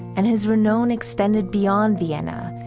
and his renown extended beyond vienna.